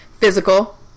physical